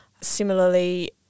Similarly